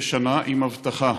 כשנה עם אבטחה.